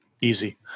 easy